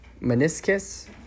Meniscus